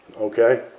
Okay